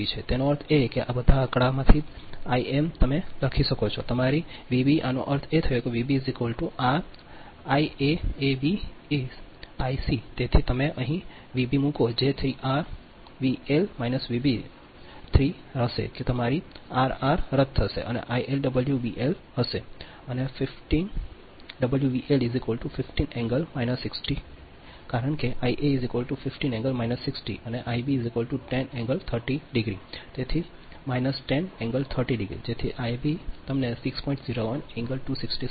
તેથી તેનો અર્થ એ છે કે આ આંકડામાંથી આઇએબ તમે લખી શકો છો કે તમારી વાબ આનો અર્થ છે કે આ વાબ આર આઇએએબી ઇબ તેથી તમે અહીં વાબ મૂકો જે 3R આર લા ઇબ 3 આર હશે એટલે કે તમારી આરઆર રદ થશે અને આઇએબ ડબલ્યુવીલ હશે 15 60 ° કારણ કે આઇએ 15 60 ° અને Ib 10 30 ° તેથી 10 30 ° તેથી Iab તમને 6